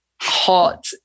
hot